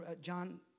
John